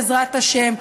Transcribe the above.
בעזרת השם,